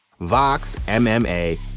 VoxMMA